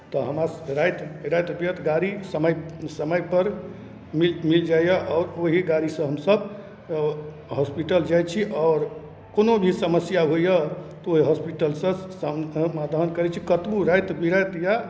तऽ हमरा राति राति बिराति गाड़ी समय समयपर मिल मिल जाइए आओर ओही गाड़ीसँ हमसभ हॉस्पिटल जाइ छी आओर कोनो भी समस्या होइए तऽ ओहि हॉस्पिटलसँ समाधान करै छी कतबो राति बिराति या